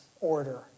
order